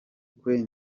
kwe